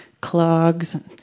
clogs